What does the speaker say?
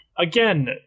again